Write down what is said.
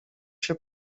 się